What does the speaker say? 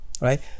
right